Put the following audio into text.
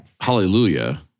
hallelujah